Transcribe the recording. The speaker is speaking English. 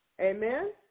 Amen